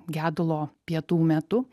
gedulo pietų metu